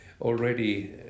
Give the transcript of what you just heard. already